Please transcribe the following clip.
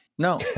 No